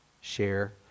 share